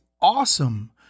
awesome